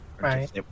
Right